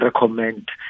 recommend